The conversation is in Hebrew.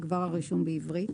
יגבר הרישום בעברית.